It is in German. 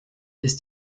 ist